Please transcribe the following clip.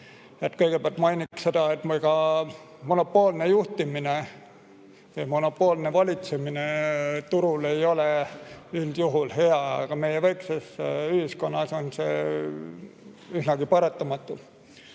Kõigepealt mainiks seda, et ka monopoolne juhtimine ja monopoolne valitsemine turul ei ole üldjuhul hea, aga meie väikeses ühiskonnas on see üsnagi paratamatu.